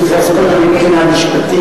אני רוצה להתייחס קודם מבחינה משפטית.